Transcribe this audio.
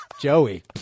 Joey